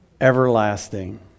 everlasting